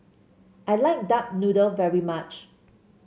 I like Duck Noodle very much